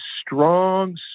strong